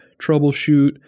troubleshoot